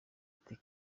ati